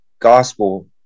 gospel